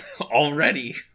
Already